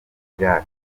irak